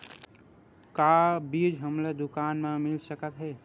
का बीज हमला दुकान म मिल सकत हे?